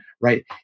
right